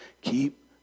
keep